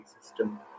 system